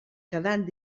quedant